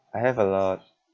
I have a lot